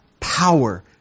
power